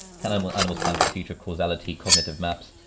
can an animal's plan for the future? causality, cognitive maps,